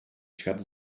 świat